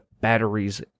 batteries